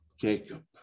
Jacob